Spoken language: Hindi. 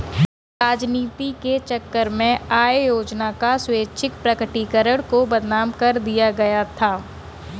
राजनीति के चक्कर में आय योजना का स्वैच्छिक प्रकटीकरण को बदनाम कर दिया गया था